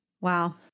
Wow